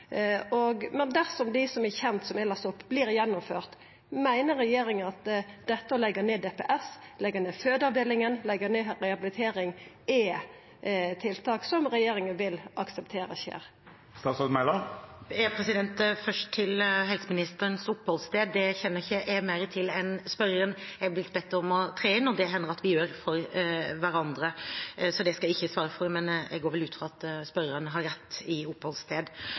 Men dersom dei som er kjende, som eg las opp, vert gjennomførte, meiner regjeringa at det å leggja ned DPS, leggja ned fødeavdelinga, leggja ned rehabilitering er tiltak som ein vil akseptera skjer? Først til helseministerens oppholdssted. Det kjenner ikke jeg mer til enn spørreren. Jeg er blitt bedt om å tre inn, og det hender det at vi gjør for hverandre. Så det skal jeg ikke svare for, men jeg går vel ut fra at spørreren har rett i oppholdssted.